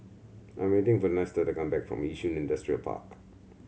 I'm waiting for Nestor to come back from Yishun Industrial Park